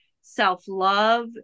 self-love